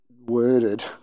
worded